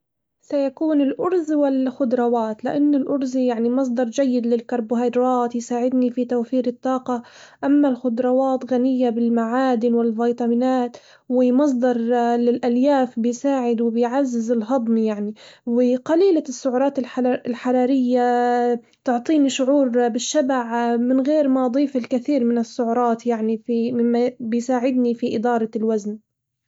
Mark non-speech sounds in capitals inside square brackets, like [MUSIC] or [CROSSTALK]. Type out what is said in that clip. سيكون الأرز والخضروات، لإنه الأرز يعني مصدر جيد للكربوهيدرات يساعدني في توفير الطاقة، أما الخضروات غنية بالمعادن والفيتامينات ومصدر [HESITATION] للألياف بيساعد وبيعزز الهضم يعني وقليلة السعرات الحلا- الحرارية، بتعطيني شعور بالشبع [HESITATION] من غير ما أضيف الكثير من السعرات يعني في مما بيساعدني في إدارة الوزن.